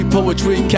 Poetry